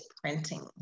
printing